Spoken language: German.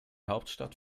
hauptstadt